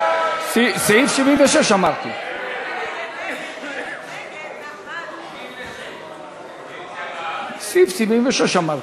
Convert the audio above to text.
סעיף 76. סעיף 76 אמרתי.